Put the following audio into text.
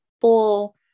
full